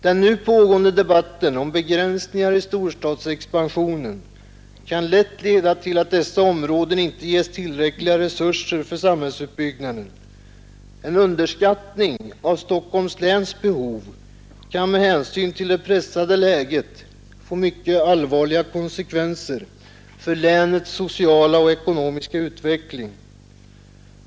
Den nu pågående debatten om begränsningar i storstadsexpansionen kan lätt leda till att dessa områden inte ges tillräckliga resurser för samhällsutbyggnaden. En underskattning av Stockholms läns behov kan med hänsyn till det pressade läget få mycket allvarliga konsekvenser för länets sociala och ekonomiska utveckling.